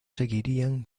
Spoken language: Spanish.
seguirían